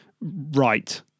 right